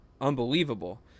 unbelievable